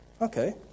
okay